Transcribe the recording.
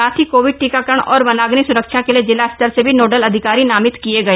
साथ ही कोविड टीकाकरण और वनाग्नि स्रक्षा के लिए जिला स्तर से भी नोडल अधिकारी नामित किये गए